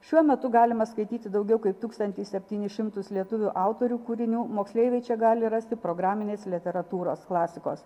šiuo metu galima skaityti daugiau kaip tūkstantį septynis šimtus lietuvių autorių kūrinių moksleiviai čia gali rasti programinės literatūros klasikos